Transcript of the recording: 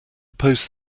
post